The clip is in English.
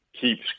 keeps